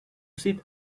sit